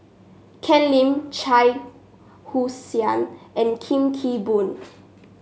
Ken Lim Shah Hussain and Kee Boon